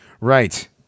right